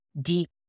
deep